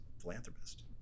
philanthropist